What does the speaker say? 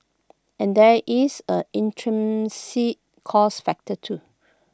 and there is A intrinsic cost factor too